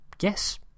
Yes